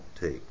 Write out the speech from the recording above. take